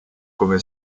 come